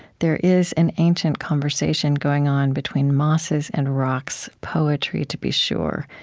there is an ancient conversation going on between mosses and rocks, poetry to be sure.